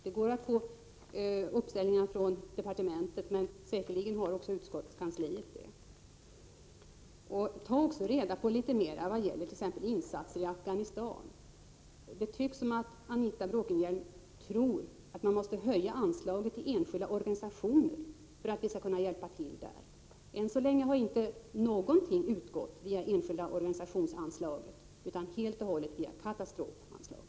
Man kan få uppställningar från departementet, men säkert finns de också hos utskottskansliet. Ta också reda på litet mer om t.ex. insatserna i Afghanistan! Det verkar som om Anita Bråkenhielm tror att man måste höja anslaget till enskilda organisationer för att de skall kunna hjälpa till där. Än så länge har inte några medel utgått via anslag till enskilda organisationer, utan medlen har helt och hållet utgått via katastrofanslaget.